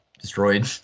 destroyed